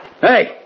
Hey